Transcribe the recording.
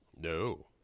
No